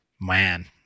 man